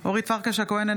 בהצבעה אורית פרקש הכהן,